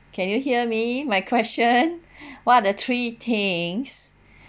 can you hear me my question what are the three things